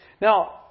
Now